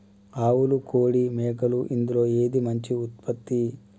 ఆవులు కోడి మేకలు ఇందులో ఏది మంచి ఉత్పత్తి?